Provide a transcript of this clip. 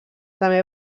també